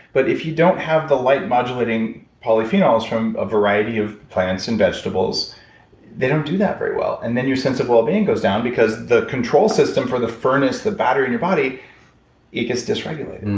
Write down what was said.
but if you don't have the light modulating polyphenols from a variety of plants and vegetables they don't do that very well. and then your sense of well-being goes down because the control system for the furnace, the battery, in your body it gets dysregulated.